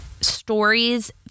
stories